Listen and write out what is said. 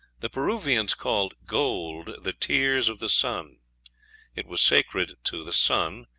the peruvians called gold the tears of the sun it was sacred to the sun,